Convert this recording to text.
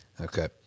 Okay